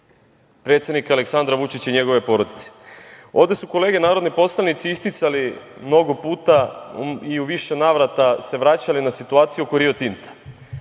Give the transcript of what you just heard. predsednika Aleksandra Vučića i njegove porodice. Ovde su narodni poslanici isticali mnogo puta i u više navrata se vraćali na situaciju oko Rio Tinta.